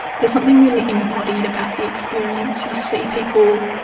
there's something really embodied about the experience. you see people,